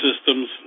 systems